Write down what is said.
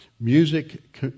Music